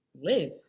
live